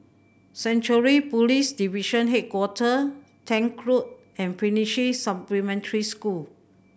Central Police Division Hi Quarter Tank Road and Finnish Supplementary School